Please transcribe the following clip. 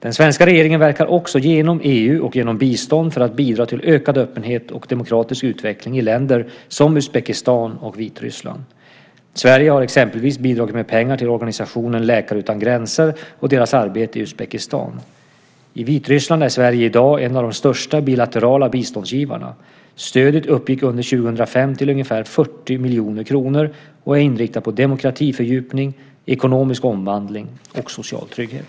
Den svenska regeringen verkar också genom EU och genom bistånd för att bidra till ökad öppenhet och demokratisk utveckling i länder som Uzbekistan och Vitryssland. Sverige har exempelvis bidragit med pengar till organisationen Läkare utan gränser och dess arbete i Uzbekistan. I Vitryssland är Sverige i dag en av de största bilaterala biståndsgivarna. Stödet uppgick under 2005 till ungefär 40 miljoner kronor och är inriktat på demokratifördjupning, ekonomisk omvandling och social trygghet.